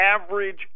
average